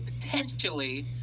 potentially